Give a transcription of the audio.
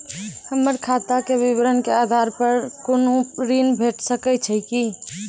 हमर खाता के विवरण के आधार प कुनू ऋण भेट सकै छै की?